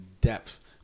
depth